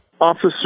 Officer